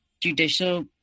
judicial